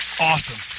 Awesome